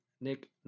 Nick